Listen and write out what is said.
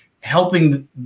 helping